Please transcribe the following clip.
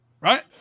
right